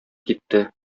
китте